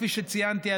כפי שציינתי,